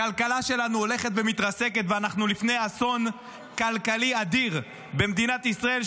הכלכלה שלנו הולכת ומתרסקת ואנחנו לפני אסון כלכלי אדיר במדינת ישראל,